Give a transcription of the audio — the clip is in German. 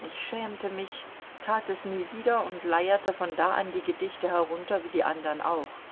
ich schämte mich tat es nie wieder und leierte von da an die gedichte herunter wie die andern auch